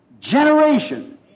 generation